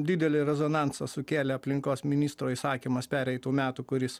didelį rezonansą sukėlė aplinkos ministro įsakymas pereitų metų kuris